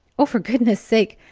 oh, for goodness sake,